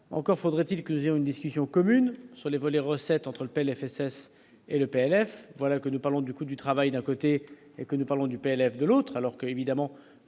encore faudrait-il que j'ai une discussion commune sur les vols recettes entre le PLFSS et le PLF, voilà que nous parlons du coût du travail d'un côté et que nous parlons du PLF, de l'autre, alors que, évidemment,